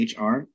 hr